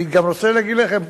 אני גם רוצה להגיד לכם,